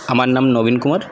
আমার নাম নবীনকুমার